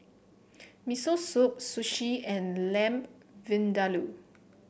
Miso Soup Sushi and Lamb Vindaloo